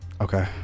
okay